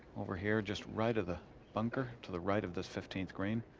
over here. just right of the bunker. to the right of the fifteenth green